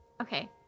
Okay